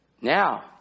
Now